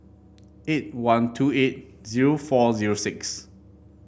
eight one two eight zero four zero six